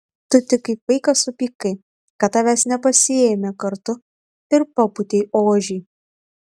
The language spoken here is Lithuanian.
tu tik kaip vaikas supykai kad tavęs nepasiėmė kartu ir papūtei ožį